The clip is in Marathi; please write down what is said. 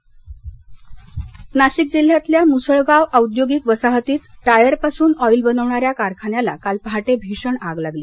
नाशिक नाशिक जिल्ह्यातल्या मुसळगाव औद्योगिक वसाहतीत टायर पासून ऑइल बनवण्याऱ्या कारखान्याला काल पहाटे भीषण आग लागली